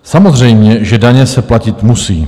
Samozřejmě že daně se platit musí.